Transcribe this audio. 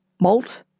malt